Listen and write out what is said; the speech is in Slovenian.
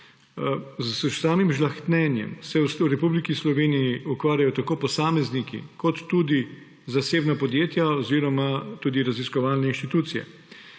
S samim žlahtnjenjem se v Republiki Sloveniji ukvarjajo tako posamezniki kot tudi zasebna podjetja oziroma raziskovalne inštitucije